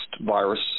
virus